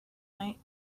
night